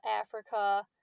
Africa